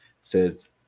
says